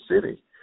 city